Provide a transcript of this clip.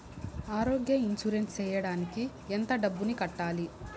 ఆరోగ్య ఇన్సూరెన్సు సేయడానికి ఎంత డబ్బుని కట్టాలి?